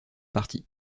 parties